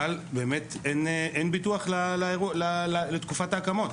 אבל אין ביטוח לתקופת ההקמות,